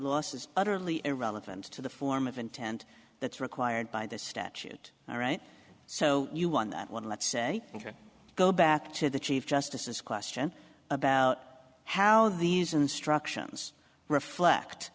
loss is utterly irrelevant to the form of intent that's required by the statute all right so you won that one let's say you can go back to the chief justice is question about how these instructions reflect